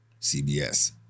CBS